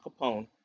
Capone